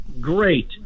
Great